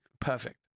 perfect